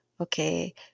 Okay